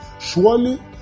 surely